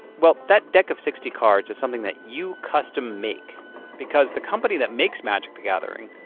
well, that deck of sixty cards is something that you custom make because the company that makes magic the gathering,